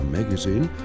Magazine